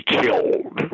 killed